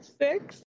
six